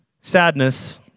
Sadness